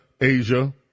Asia